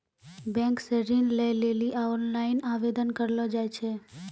bank से ऋण लै लेली ओनलाइन आवेदन करलो जाय छै